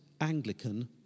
Anglican